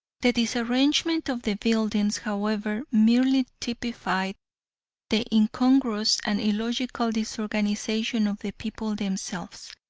the disarrangement of the buildings, however, merely typified the incongruous and illogical disorganization of the people themselves.